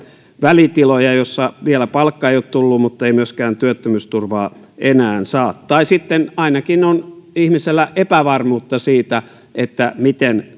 välitiloja joissa palkka ei vielä ole tullut mutta ei myöskään enää saa työttömyysturvaa tai sitten ainakin ihmisellä on epävarmuutta siitä miten